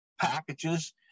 packages